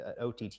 OTT